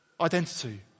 identity